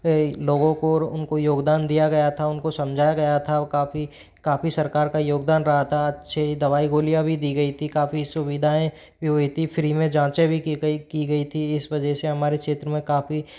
यह लोगों को और उनको योगदान दिया गया था उनको समझाया गया था काफ़ी काफ़ी सरकार का योगदान रहा था अच्छी दवाई गोलियाँ भी दी गई थी काफ़ी सुविधाएँ भी हुई थी फ्री में जाँचे भी की गई की गई थी इस वजह से हमारे क्षेत्र में काफ़ी